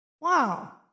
Wow